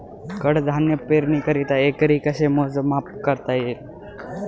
कडधान्य पेरणीकरिता एकरी कसे मोजमाप करता येईल?